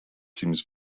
seems